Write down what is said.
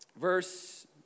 Verse